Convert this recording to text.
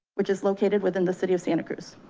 which is located within the city of santa cruz.